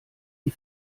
die